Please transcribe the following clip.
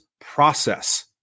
process